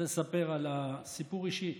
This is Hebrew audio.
אני רוצה לספר סיפור אישי.